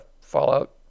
Fallout